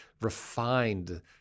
refined